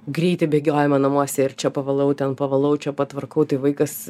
greitai bėgiojame namuose ir čia pavalau ten pavalau čia patvarkau tai vaikas